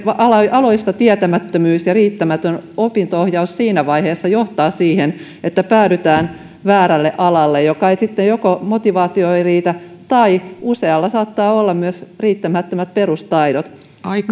aloista ja riittämätön opinto ohjaus siinä vaiheessa johtavat siihen että päädytään väärälle alalle jolla ei sitten motivaatio riitä tai jolle usealla saattaa olla myös riittämättömät perustaidot